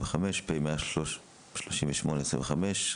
(פ/1793/25) (פ/1888/25)